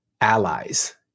allies